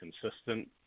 consistent